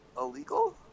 illegal